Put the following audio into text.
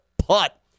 putt